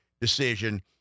decision